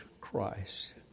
Christ